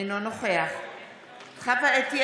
אינו נוכח חוה אתי